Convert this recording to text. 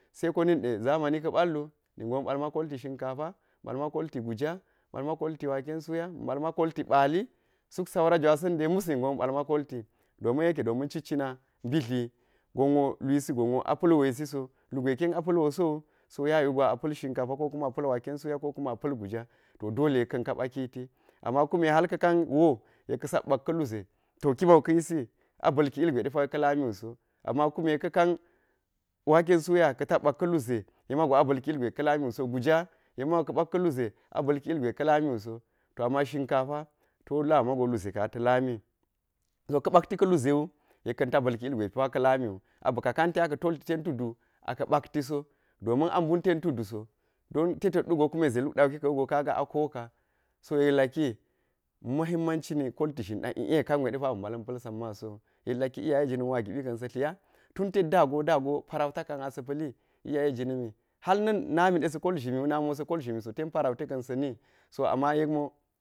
Se ko na̱nɗe zamani ka̱ balwu ningo ma̱ ɓal ma kolti shinka, ma̱ ɓalma kolti guja, ma̱ balma kolti wake suya, ma̱ balma kolti baali, suk saura jwasa̱n de mas ningo ma̱ ɓalma kolti domin yeke domin citcina mbitliwi gonwo lwisi gon wo a pa̱l wesiso lugwe ka̱ yen a pa̱l woo so wu so yayiwu gwa a pa̱l shinkafa kokuma a pa̱l waken suya ko kuma a pa̱l cinya to dole yekkar ka ɓaki ka bakiti to ama kuma ka kan woo yek kka sak ɓak ka̱ luze to kimawu ka̱ yisi a balki ilgwe ka̱ lamiwuso a kume ka̱ kan wake suya yek ka̱ ta tak bak ka̱lu ze yekmajo a balki ilgwe ka̱ lamiwu so guja yek mawu ka̱ bak ka̱lu ze a ba̱lki ilgwe ka̱ lami wu so. to ama shinkafa to damago lu ze ka̱n ata̱ lami so ka ɓakti ka̱lu ze yek ka̱n ta balki ilgwe ka̱ lamiwu a ba̱ ka kanti a tolti ten tudu aka̱ baktiso domin a mbumten tuduso don te tedɗu go kume za luk dauke ka̱wugo kaga a koka so yek laki muhimmanci ni kolti zhin a l'e kangwe depawe ba̱ mbala̱n pa̱l samma so. Yek laki iyaya gina̱n wo a giɓi ka̱n sa̱ tlinya tun tedda da go da go parauta ka̱n asa̱ pa̱li iyaye jina̱mi helna̱n nami de sa̱ kol zhimiwu namiwu sa̱ kol zhimi so ter parauta ka̱n sa̱ni so ama yek o.